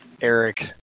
Eric